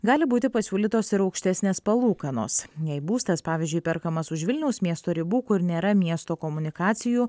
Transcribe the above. gali būti pasiūlytos ir aukštesnės palūkanos jei būstas pavyzdžiui perkamas už vilniaus miesto ribų kur nėra miesto komunikacijų